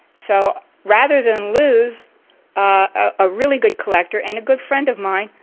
so rather than lose a really good collector and a good friend of mine,